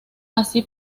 así